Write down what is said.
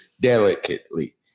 delicately